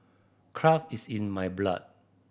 craft is in my blood